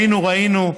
ראינו,